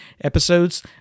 episodes